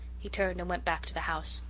he turned and went back to the house.